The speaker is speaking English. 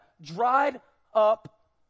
dried-up